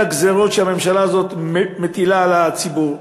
הגזירות שהממשלה הזאת מטילה על הציבור,